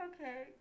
Okay